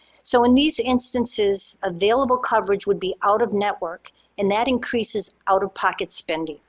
so in these instances, available coverage would be out of network and that increases out-of-pocket spending.